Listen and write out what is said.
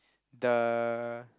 the